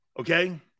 Okay